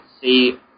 see